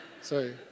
Sorry